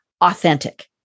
authentic